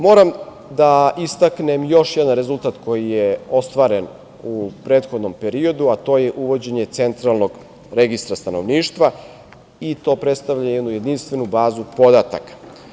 Moram da istaknem još jedan rezultat koji je ostvaren u prethodnom periodu, a to je uvođenje Centralnog registra stanovništva i to predstavlja jednu jedinstvenu bazu podataka.